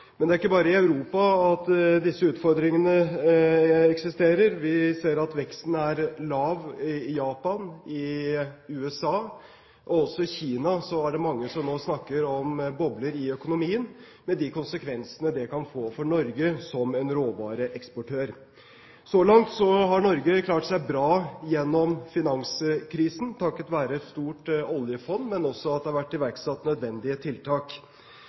Men det er ikke bare i Europa disse utfordringene eksisterer. Vi ser at veksten er lav i Japan og i USA, og også i Kina er det mange som nå snakker om bobler i økonomien, med de konsekvensene det kan få for Norge som en råvareeksportør. Så langt har Norge klart seg bra gjennom finanskrisen, takket være et stort oljefond, men også at det har vært iverksatt nødvendige tiltak.